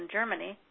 Germany